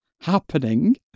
happening